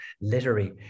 literary